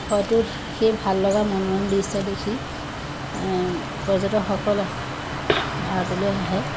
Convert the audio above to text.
হয়তো সেই ভাল লগা মনোৰম দৃশ্য দেখি পৰ্যটকসকল ভাৰতলৈ আহে